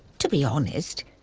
to be honest,